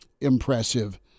impressive